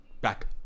back